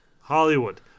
Hollywood